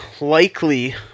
likely